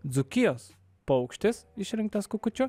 dzūkijos paukštis išrinktas kukučiu